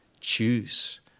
Choose